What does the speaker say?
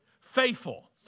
Faithful